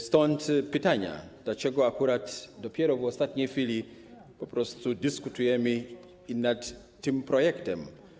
Stąd pytanie: Dlaczego akurat dopiero w ostatniej chwili po prostu dyskutujemy nad tym projektem?